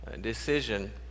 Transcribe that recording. decision